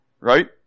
right